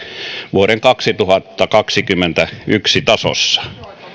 vuoden kaksituhattakaksikymmentäyksi tasossa